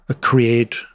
create